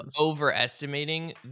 overestimating